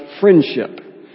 friendship